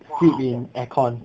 live in aircon